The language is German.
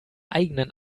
eigenen